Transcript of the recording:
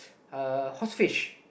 uh horse fish